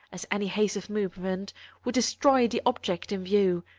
as any haste of movement would destroy the object in view,